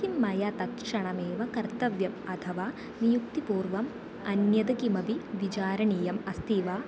किं मया तत्क्षणमेव कर्तव्यम् अथवा नियुक्तिपूर्वम् अन्यद् किमपि विचारणीयम् अस्ति वा